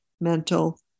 mental